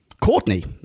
Courtney